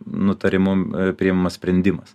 nutarimu priimamas sprendimas